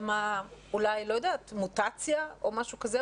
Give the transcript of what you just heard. או שמא אולי מוטציה או משהו כזה?